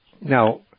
Now